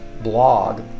blog